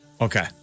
Okay